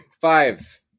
Five